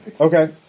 Okay